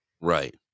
right